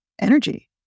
energy